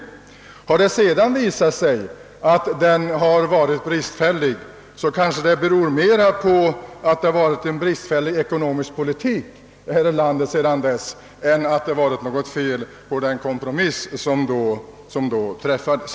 Har det sedan visat sig att den varit bristfällig, så kanske det beror mera på att det förts en bristfällig ekonomisk politik här i landet än på att det varit något fel på den kompromiss som då träffades.